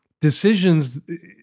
decisions